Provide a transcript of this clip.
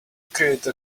create